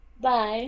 bye